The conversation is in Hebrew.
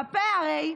הפה הרי,